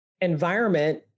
environment